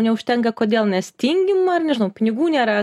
neužtenka kodėl nes tingim ar nežinau pinigų nėra